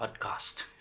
podcast